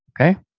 Okay